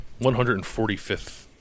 145th